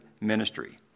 ministry